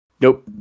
Nope